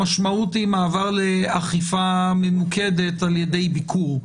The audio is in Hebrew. המשמעות היא מעבר לאכיפה ממוקדת על ידי ביקור.